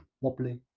wobbly